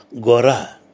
Gora